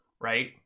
right